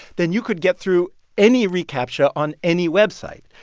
then you could get through any recaptcha on any website.